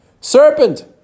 Serpent